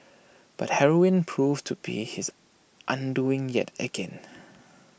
but heroin proved to be his undoing yet again